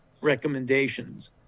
recommendations